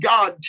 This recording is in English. God